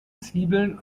zwiebeln